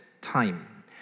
time